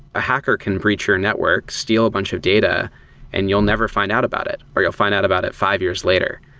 a hacker can breach your networks, steal a bunch of data and you'll never find out about it, or you'll find out about it five years later.